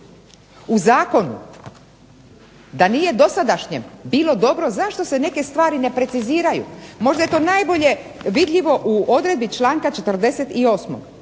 u zakonu da nije dosadašnjem bilo dobro zašto se neke stvari ne preciziraju. Možda je to najbolje vidljivo u odredbi članka 48.